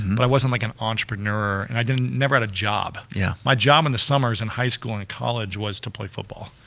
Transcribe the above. but i wasn't like an entrepreneur and i never had a job. yeah my job in the summers in high school and college was to play football,